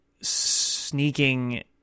sneaking